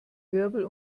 wirbel